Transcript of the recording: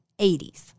80s